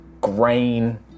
grain